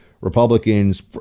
Republicans